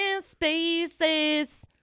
spaces